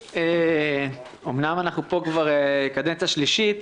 אמנם אנחנו פה כבר קדנציה שלישית,